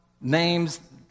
names